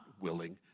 willing